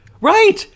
right